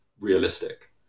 realistic